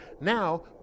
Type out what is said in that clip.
Now